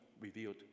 revealed